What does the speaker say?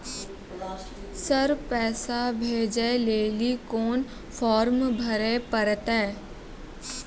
Sir पैसा भेजै लेली कोन फॉर्म भरे परतै?